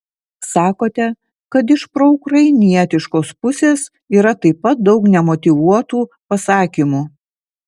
sakote kad iš proukrainietiškos pusės yra taip pat daug nemotyvuotų pasakymų